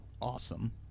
awesome